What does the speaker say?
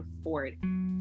afford